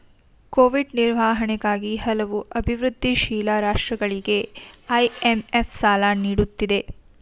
Covid ನಿರ್ವಹಣೆಗಾಗಿ ಹಲವು ಅಭಿವೃದ್ಧಿಶೀಲ ರಾಷ್ಟ್ರಗಳಿಗೆ ಐ.ಎಂ.ಎಫ್ ಸಾಲ ನೀಡುತ್ತಿದೆ